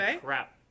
crap